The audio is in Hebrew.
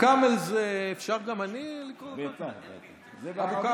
הייתי רוצה להגיד לך בערבית "אדוני היושב-ראש,